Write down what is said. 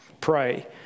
Pray